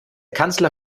kanzler